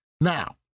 Now